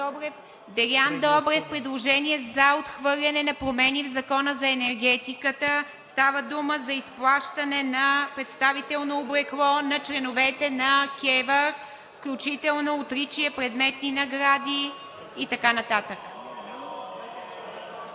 Делян Добрев – предложение за отхвърляне на промени в Закона за енергетиката за изплащане на представително облекло на членовете на КЕВР включително отличия, предметни награди и така нататък.